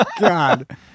god